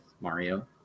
Mario